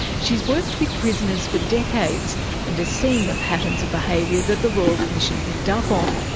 she's worked with prisoners for decades and has seen the patterns of behaviour that the royal commission picked up on.